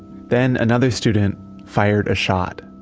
then another student fired a shot.